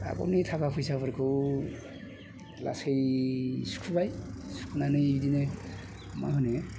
आगयनि थाखा फैसाफोरखौ लासै सुख'बाय सुख'नानै बिदिनो मा होनो